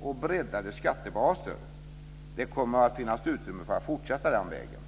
och breddade skattebasen. Det kommer att finnas utrymme för att fortsätta på den vägen.